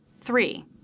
Three